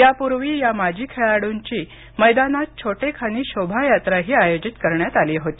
यापूर्वी या माजी खेळाडूंची मैदानात छोटेखानी शोभायात्रा ही आयोजित करण्यात आली होती